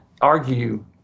argue